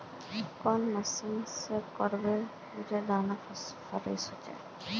कौन मशीन से करबे जे दाना फ्रेस होते?